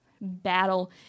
battle